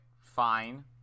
fine